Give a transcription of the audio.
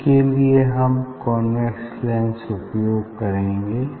इसके लिए हम कॉन्वेक्स लेंस उपयोग करेंगे